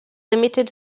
limited